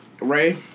Ray